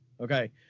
okay